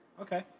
okay